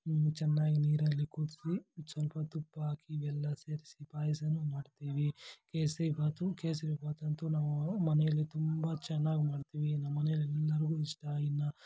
ಚೆನ್ನಾಗಿ ನೀರಲ್ಲಿ ಕುದಿಸಿ ಸ್ವಲ್ಪೊತ್ತು ಉಪ್ಪು ಹಾಕಿ ಬೆಲ್ಲ ಸೇರಿಸಿ ಪಾಯಸಾನು ಮಾಡ್ತೀವಿ ಕೇಸರಿಬಾತು ಕೇಸರಿಬಾತಂತು ನಮ್ಮ ಮನೆಯಲ್ಲಿ ತುಂಬ ಚೆನ್ನಾಗಿ ಮಾಡ್ತೀವಿ ನಮ್ಮನೇಲಿ ಎಲ್ರಿಗೂ ಇಷ್ಟ